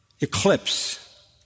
eclipse